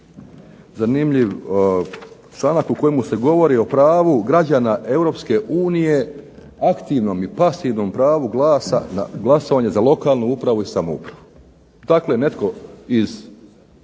zanimljiv članak u kojemu se govori o pravu građana Europske unije aktivnom i pasivnom pravu glasa na glasovanje za lokalnu upravu i samoupravu. Dakle, netko iz